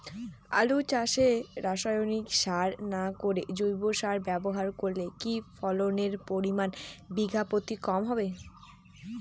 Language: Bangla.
আলু চাষে রাসায়নিক সার না করে জৈব সার ব্যবহার করলে কি ফলনের পরিমান বিঘা প্রতি কম হবে?